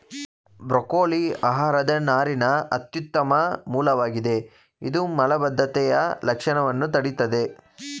broccoli ಆಹಾರದ ನಾರಿನ ಅತ್ಯುತ್ತಮ ಮೂಲವಾಗಿದೆ ಇದು ಮಲಬದ್ಧತೆಯ ಲಕ್ಷಣವನ್ನ ತಡಿತದೆ